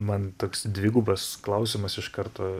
man toks dvigubas klausimas iš karto